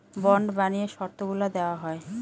bond বানিয়ে শর্তগুলা দেওয়া হয়